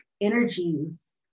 energies